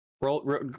Roll